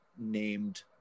named